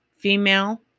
Female